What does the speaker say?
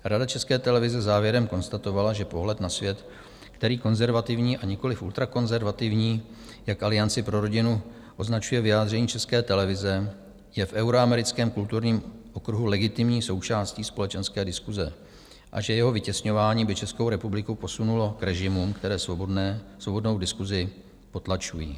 Rada České televize závěrem konstatovala, že pohled na svět, který je konzervativní a nikoliv ultrakonzervativní, jak Alianci pro rodinu označuje vyjádření České televize, je v euroamerickém kulturním okruhu legitimní součástí společenské diskuse a že jeho vytěsňování by Českou republiku posunulo k režimům, které svobodnou diskusi potlačují.